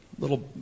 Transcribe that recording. little